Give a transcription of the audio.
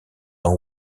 ans